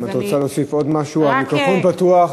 אם את רוצה להוסיף עוד משהו, המיקרופון פתוח.